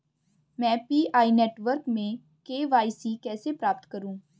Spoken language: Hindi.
मैं पी.आई नेटवर्क में के.वाई.सी कैसे प्राप्त करूँ?